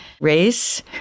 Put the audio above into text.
Race